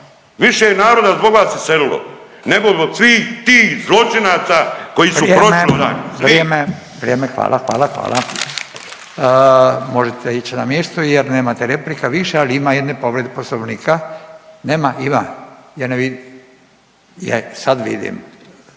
Više naroda je zbog vas iselilo negoli zbog svih tih zločinaca koji su prošli …/Govornik se ne razumije./… **Radin, Furio (Nezavisni)** Vrijeme. Hvala, hvala, hvala. Možete ići na mjesto, jer nemate replika više ali ima jedne povrede Poslovnika. Nema? Ima? Ja ne vidim. Sad vidim.